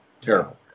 terrible